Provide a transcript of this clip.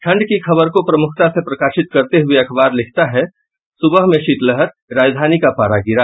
ठंड की खबर को प्रमुखता से प्रकाशित करते हुए अखबार लिखता है सुबह में शीत लहर राजधानी का पारा गिरा